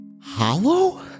Hollow